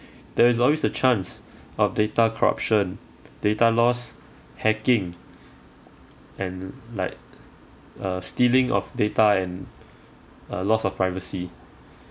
there is always a chance of data corruption data loss hacking and like uh stealing of data and uh loss of privacy